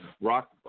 Rock